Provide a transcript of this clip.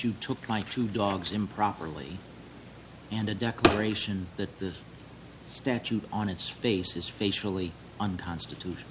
you took my two dogs improperly and a declaration that the statute on its face is facially unconstitutional